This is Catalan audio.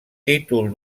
títol